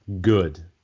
good